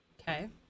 Okay